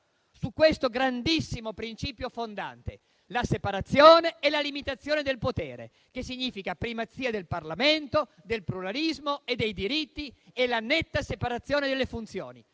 su questo grandissimo principio fondante: la separazione e la limitazione del potere, il che significa primazia del Parlamento, del pluralismo e dei diritti, e la netta separazione delle funzioni.